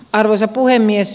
arvoisa puhemies